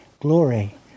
glory